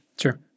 Sure